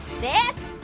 this,